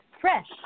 Fresh